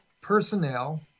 personnel